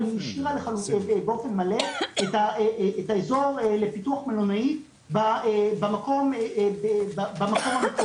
אבל השאירה באופן מלא את האזור לפיתוח מלונאים במקום הנכון.